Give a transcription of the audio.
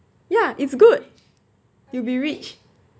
ya it's good you will be rich